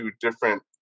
different